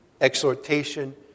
exhortation